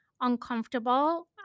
uncomfortable